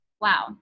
wow